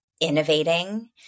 innovating